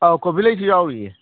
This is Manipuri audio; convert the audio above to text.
ꯑꯥꯎ ꯀꯣꯕꯤꯂꯩꯁꯨ ꯌꯥꯎꯔꯤꯌꯦ